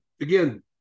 again